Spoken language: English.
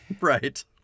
Right